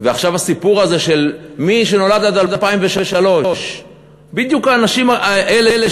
ועכשיו הסיפור הזה של מי שנולד עד 2003. בדיוק האנשים האלה,